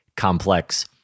complex